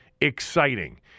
exciting